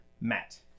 matt